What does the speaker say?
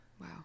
Wow